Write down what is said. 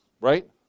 right